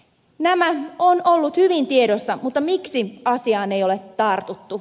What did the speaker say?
nämä ovat olleet hyvin tiedossa mutta miksi asiaan ei ole tartuttu